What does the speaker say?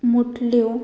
मुटल्यो